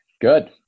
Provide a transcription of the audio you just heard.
Good